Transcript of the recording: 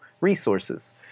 resources